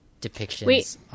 depictions